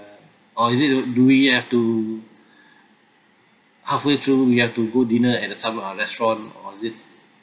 or is it uh do we have to halfway through we have to go dinner at a some restaurant or is it